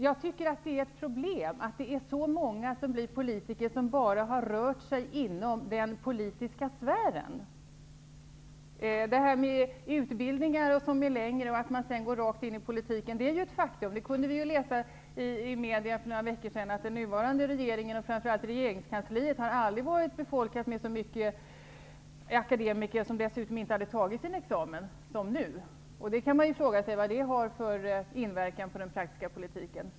Jag tycker att det är ett problem att det är så många politiker som har rört sig bara inom den politiska sfären. Att utbildningarna blir längre och att många går direkt från utbildning in i politiken är ju ett faktum. Vi kunde för några veckor sedan i media läsa att den nuvarande regeringen och regeringskansliet aldrig tidigare har varit befolkade med så många akademiker, varav många inte har tagit sin exemen. Man måste naturligtvis fråga sig vad det har för inverkan på den praktiska politiken.